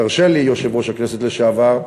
תרשה לי, יושב-ראש הכנסת לשעבר,